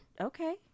Okay